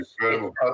incredible